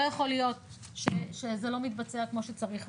לא יכול להיות שזה לא מתבצע כמו שצריך.